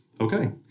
okay